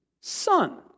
son